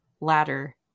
ladder